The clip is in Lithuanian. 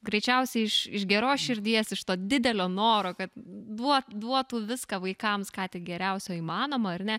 greičiausiai iš iš geros širdies iš to didelio noro kad duo duotų viską vaikams ką tik geriausio įmanoma ar ne